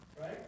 right